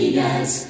yes